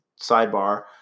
sidebar